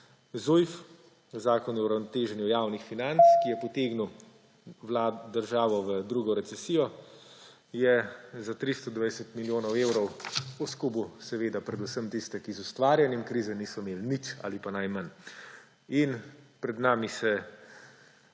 ZUJF – Zakon o uravnoteženju javnih financ –, ki je potegnil državo v drugo recesijo, je za 320 milijonov evrov oskubil seveda predvsem tiste, ki z ustvarjanjem krize niso imeli nič ali pa najmanj. Pred nami se